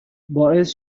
باعث